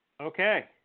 Okay